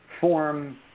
form